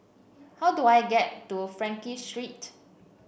how do I get to Frankel Street